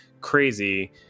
crazy